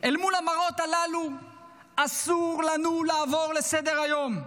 אל מול המראות הללו אסור לנו לעבור לסדר-היום.